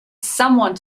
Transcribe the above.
someone